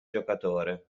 giocatore